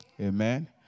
amen